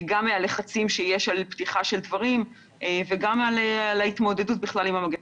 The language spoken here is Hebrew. גם מהלחצים שיש על פתיחה של דברים וגם על ההתמודדות בכלל עם המגפה.